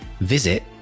visit